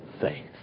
faith